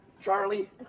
Charlie